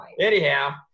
anyhow